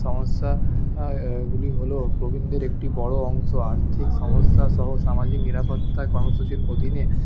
সমস্যাগুলি হল প্রবীণদের একটি বড়ো অংশ আর্থিক সমস্যা সহ সামাজিক নিরাপত্তা কর্মসূচির অধীনে